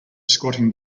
squatting